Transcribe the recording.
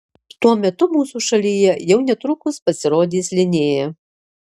tuo metu mūsų šalyje jau netrukus pasirodys linea